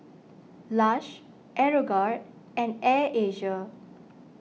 Lush Aeroguard and Air Asia